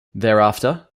thereafter